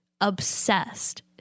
Obsessed